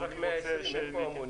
יש רק 120, אין פה המונים.